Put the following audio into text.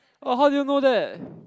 oh how do you know that